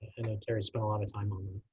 and terry spend a lot of time on um